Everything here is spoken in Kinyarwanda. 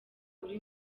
uri